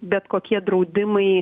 bet kokie draudimai